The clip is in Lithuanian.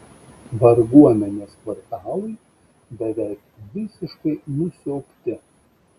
varguomenės kvartalai beveik visiškai nusiaubti